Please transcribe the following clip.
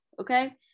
Okay